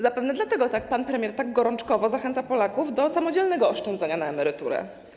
Zapewne dlatego pan premier tak gorączkowo zachęca Polaków do samodzielnego oszczędzania na emeryturę.